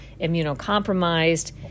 immunocompromised